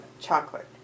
chocolate